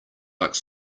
like